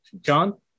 John